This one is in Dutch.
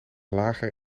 lager